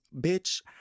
bitch